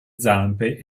zampe